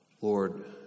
Lord